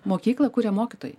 mokyklą kuria mokytojai